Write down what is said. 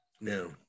no